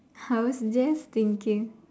I was just thinking